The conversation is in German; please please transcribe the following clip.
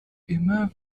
immer